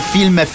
Film